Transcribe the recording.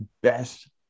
best